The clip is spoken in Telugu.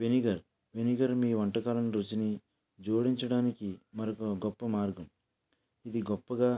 వెనిగర్ వెనిగర్ మీ వంటకాల రుచిని జోడించడానికి మరొక గొప్ప మార్గం ఇది గొప్పగా